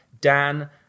Dan